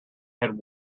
had